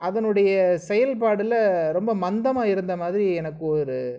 அதனுடைய செயல்பாடில் ரொம்ப மந்தமாக இருந்த மாதிரி எனக்கு ஒரு